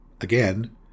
Again